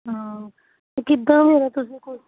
ਹਾਂ ਤੇ ਕਿੱਦਾਂ ਹੈਗਾ ਤੁਸੀਂ ਕੁਛ